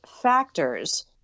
factors